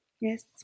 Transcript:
Yes